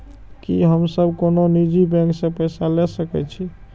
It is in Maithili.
की हम सब कोनो निजी बैंक से पैसा ले सके छी?